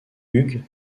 hugues